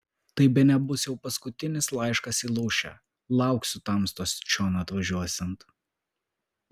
tai bene bus jau paskutinis laiškas į lūšę lauksiu tamstos čion atvažiuosiant